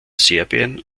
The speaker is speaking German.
serbien